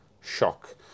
shock